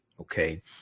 okay